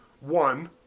one